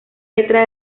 letra